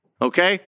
Okay